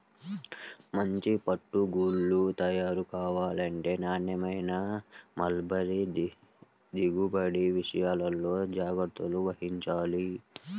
మంచి పట్టు గూళ్ళు తయారు కావాలంటే నాణ్యమైన మల్బరీ దిగుబడి విషయాల్లో జాగ్రత్త వహించాలి